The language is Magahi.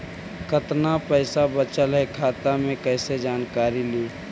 कतना पैसा बचल है खाता मे कैसे जानकारी ली?